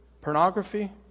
pornography